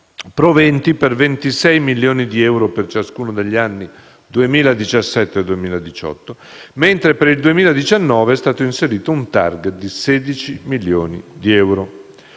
proventi per 26 milioni di euro per ciascuno degli anni 2017 e 2018, mentre per il 2019 è stato inserito un *target* di 16 milioni di euro.